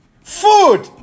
food